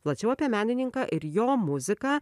plačiau apie menininką ir jo muziką